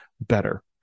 better